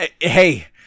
hey